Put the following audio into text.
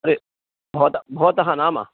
हरिः भवतः भवतः नाम